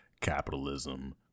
capitalism